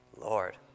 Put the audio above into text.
Lord